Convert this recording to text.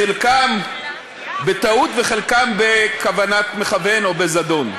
חלקם בטעות וחלקם בכוונת מכוון או בזדון.